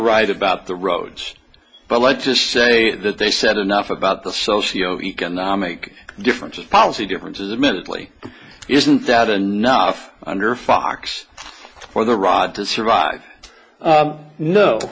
right about the roads but let's just say that they said enough about the socio economic differences policy differences admittedly isn't that enough under fox for the rod to survive